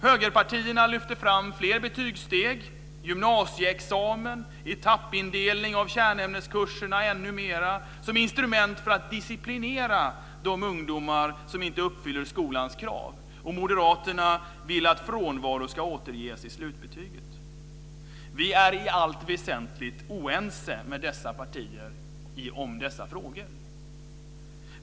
Högerpartierna lyfter fram fler betygssteg, gymnasieexamen och ännu mer etappindelning av kärnämneskurserna som instrument för att disciplinera de ungdomar som inte uppfyller skolans krav, och moderaterna vill att frånvaro ska återges i slutbetyget. Vi är i allt väsentligt oense med dessa partier om dessa frågor.